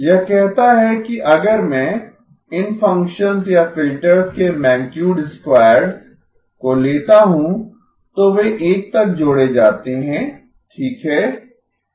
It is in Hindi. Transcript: यह कहता है कि अगर मैं इन फ़ंक्शंस या फिल्टर्स के मैगनीटुड स्क्वायर्स को लेता हूं तो वे 1 तक जोड़े जाते हैं ठीक है